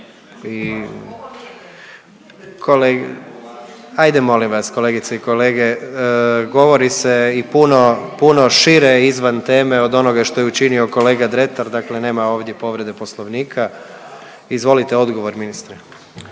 ajde molim vas kolegice i kolege govori se i puno, puno šire izvan teme od onoga što je učinio kolega Dretar. Dakle, nema ovdje povrede Poslovnika. Izvolite odgovor ministre.